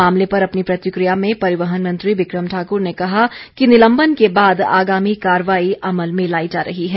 मामले पर अपनी प्रतिक्रिया में परिवहन मंत्री बिक्रम ठाकुर ने कहा है कि निलंबन के बाद आगामी कार्रवाई अमल में लाई जा रही है